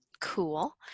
Cool